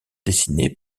dessinée